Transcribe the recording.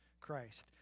Christ